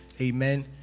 Amen